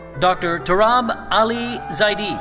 dr. turab ali zaida.